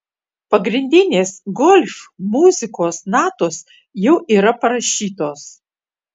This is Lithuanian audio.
pagrindinės golf muzikos natos jau yra parašytos